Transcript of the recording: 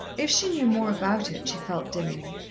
if she knew more about it, she felt dimly,